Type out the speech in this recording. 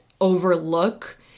overlook